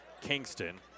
Kingston